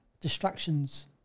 distractions